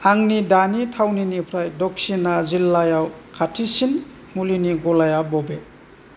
आंनि दानि थावनिनिफ्राय दक्शिना जिल्लायाव खाथिसिन मुलिनि गलाया बबे